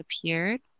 appeared